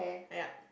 yup